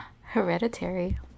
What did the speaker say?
Hereditary